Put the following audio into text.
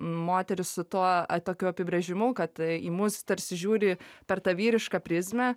moterys su tuo tokiu apibrėžimu kad į mus tarsi žiūri per tą vyrišką prizmę